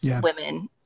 women